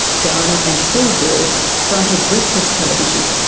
dana and phil bird fronted breakfast television,